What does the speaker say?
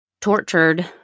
tortured